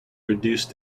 reduced